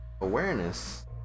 Awareness